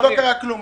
לא קרה כלום,